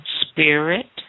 Spirit